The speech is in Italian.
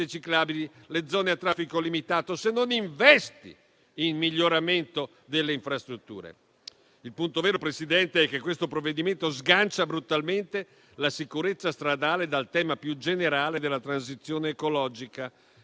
le zone a traffico limitato, se non investi in miglioramento delle infrastrutture. Il punto vero, Presidente, è che questo provvedimento sgancia brutalmente la sicurezza stradale dal tema più generale della transizione ecologica